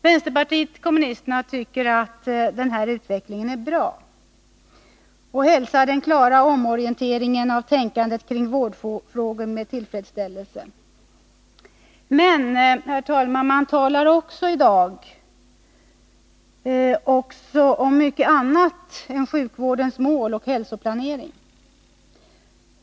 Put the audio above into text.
Vpk tycker att denna utveckling är bra, och vi hälsar den klara omorienteringen av tänkandet kring vårdfrågor med tillfredsställelse. Men man talar i dag också om mycket annat än sjukvårdens mål och hälsoplanering.